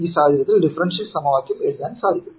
ഈ സാഹചര്യത്തിൽ ഡിഫറൻഷ്യൽ സമവാക്യം എഴുതാൻ സാധിക്കും